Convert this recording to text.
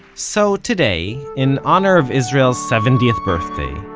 so today, in honor of israel's seventieth birthday,